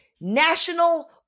National